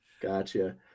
Gotcha